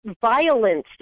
violence